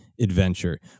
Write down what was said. adventure